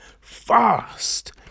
fast